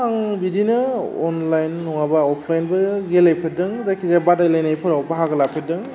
आं बिदिनो अनलाइन नङाबा अफलाइनबो गेलेफेरदों जायखिजाया बादायलायनायफोराव बाहागो लाफेरदों